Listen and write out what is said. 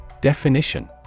Definition